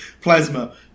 Plasma